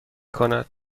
کند